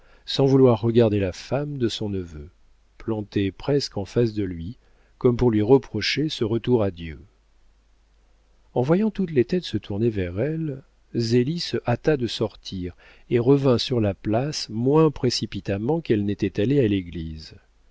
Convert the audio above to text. sans vouloir regarder la femme de son neveu plantée presque en face de lui comme pour lui reprocher ce retour à dieu en voyant toutes les têtes se tourner vers elle zélie se hâta de sortir et revint sur la place moins précipitamment qu'elle n'était allée à l'église